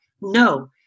No